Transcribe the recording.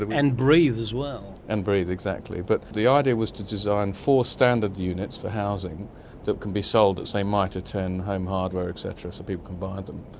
and breathe as well. and breathe, exactly. but the idea was to design four standard units for housing that can be sold at, say, mitre ten, home hardware et cetera, so people can buy them,